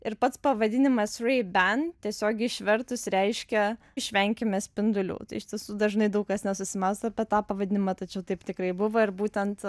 ir pats pavadinimas ray ban tiesiogiai išvertus reiškia išvenkime spindulių iš tiesų dažnai daug kas nesusimąsto apie tą pavadinimą tačiau taip tikrai buvo ir būtent